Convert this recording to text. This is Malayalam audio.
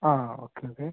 ആ ആ ഓക്കെ ഓക്കെ